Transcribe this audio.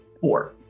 Four